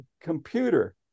computer